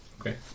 Okay